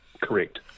Correct